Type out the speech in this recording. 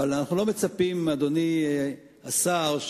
אדוני השר,